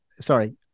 sorry